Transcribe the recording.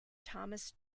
thomas